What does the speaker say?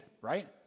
right